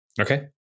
Okay